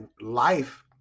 life